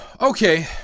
okay